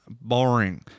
boring